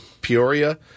Peoria